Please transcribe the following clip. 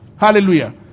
Hallelujah